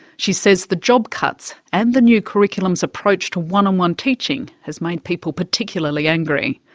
she says the job cuts and the new curriculum's approach to one-on-one teaching has made people particularly angry.